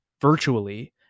virtually